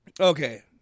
Okay